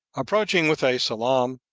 approaching with a saalam,